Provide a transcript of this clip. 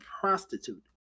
prostitute